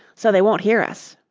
so they won't hear us.